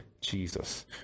Jesus